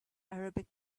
arabic